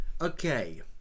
Okay